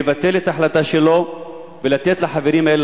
לבטל את ההחלטה שלו ולתת לחברים האלה